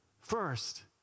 first